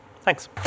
Thanks